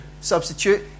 substitute